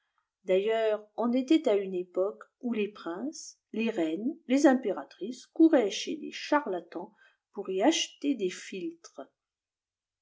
d'ailleurs on était à une époque où les princes les reines les impératrices couraient chez les charlatans pour y acheter des philtres